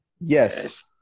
Yes